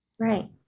Right